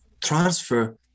transfer